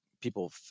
people